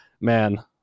man